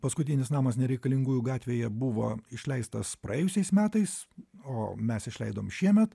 paskutinis namas nereikalingųjų gatvėje buvo išleistas praėjusiais metais o mes išleidom šiemet